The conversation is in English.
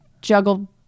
juggle